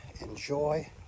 Enjoy